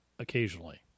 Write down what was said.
occasionally